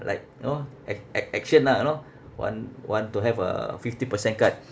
like you know act~ act~ action lah you know want want to have a fifty percent cut